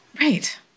Right